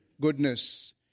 goodness